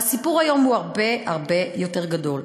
והסיפור היום הוא הרבה הרבה יותר גדול.